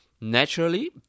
naturally